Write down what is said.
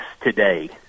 today